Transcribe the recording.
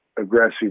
aggressive